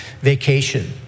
vacation